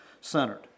centered